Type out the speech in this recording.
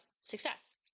success